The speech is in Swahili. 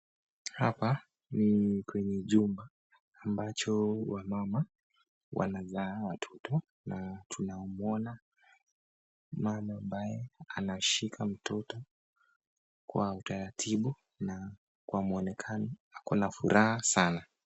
Hapa ni kwenye jumba ambacho wamama wanazaa watoto na tunamuona mama ambaye anashika mtoto kwa utaratibu na kwa mwonekano akona furaha sana.